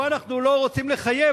פה אנחנו לא רוצים לחייב,